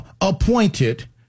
appointed